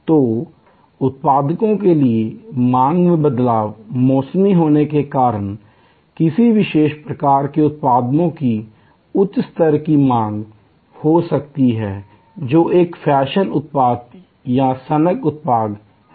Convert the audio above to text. तो उत्पादों के लिए मांग में बदलाव मौसमी होने के कारण हैं किसी विशेष प्रकार के उत्पाद की उच्च स्तर की मांग हो सकती है जो एक फैशन उत्पाद या सनक उत्पाद है